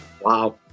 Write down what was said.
Wow